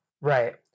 Right